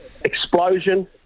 explosion